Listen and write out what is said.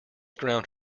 ground